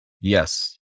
Yes